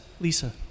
Lisa